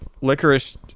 licorice